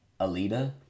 Alita